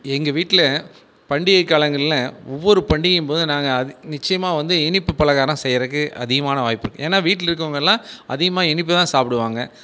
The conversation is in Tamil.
எங்கள் வீட்டில் பண்டிகை காலங்களில் ஒவ்வொரு பண்டிகையின் போதும் நாங்கள் நிச்சயமாக வந்து இனிப்பு பலகாரம் செய்யறக்கு அதிகமான வாய்ப்பு இருக்குது ஏன்னால் வீட்டில் இருக்கிறவங்கல்லாம் அதிகமாக இனிப்பு தான் சாப்பிடுவாங்க